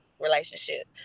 relationship